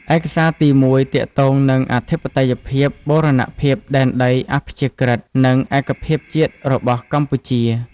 ឯកសារទីមួយទាក់ទងនឹងអធិបតេយ្យភាព បូរណភាពដែនដី អព្យាក្រឹត្យ និងឯកភាពជាតិរបស់កម្ពុជា។